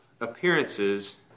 appearances